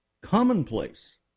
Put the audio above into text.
commonplace